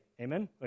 Amen